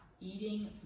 eating